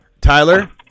Tyler